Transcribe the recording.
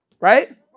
right